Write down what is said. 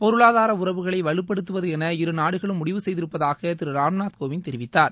பொருளாதார உறவுகளை வலுப்படுத்துவதென இரு நாடுகளும் முடிவு செய்திருப்பதாக திரு ராம்நாதகோவிந்த் தெரிவித்தார்